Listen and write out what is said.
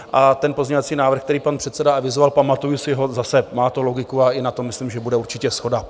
A ten pozměňovací návrh, který pan předseda avizoval pamatuji si ho, zase, má to logiku, ale i na tom myslím, že bude určitě shoda.